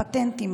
אלה הפטנטים,